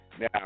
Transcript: now